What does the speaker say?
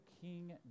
King